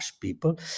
people